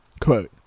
quote